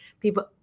people